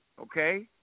Okay